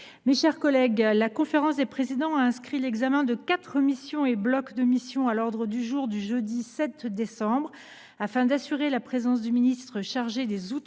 Mes chers collègues, la conférence des présidents a inscrit l’examen de quatre missions et blocs de missions à l’ordre du jour du jeudi 7 décembre. Afin d’assurer la présence du ministre chargé des outre